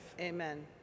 Amen